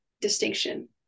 distinction